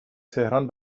تهران